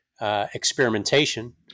experimentation